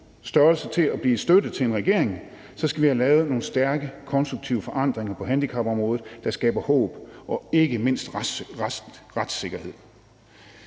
størrelse, så vi kan blive støtte til en regering, skal vi have lavet nogle stærke konstruktive forandringer på handicapområdet, der skaber håb og ikke mindst retssikkerhed.